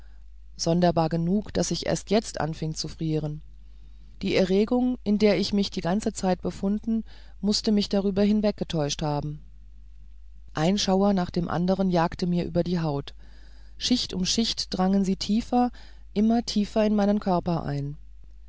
sonderbar genug daß ich erst jetzt anfing zu frieren die erregung in der ich mich die ganze zeit befunden mußte mich darüber hinweggetäuscht haben ein schauer nach dem andern jagte mir über die haut schicht um schicht drangen sie tiefer immer tiefer in meinen körper ein